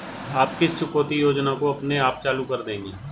आप किस चुकौती योजना को अपने आप चालू कर देंगे?